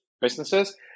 businesses